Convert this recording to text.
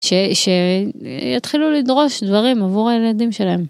שהתחילו לדרוש דברים עבור הילדים שלהם.